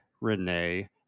Renee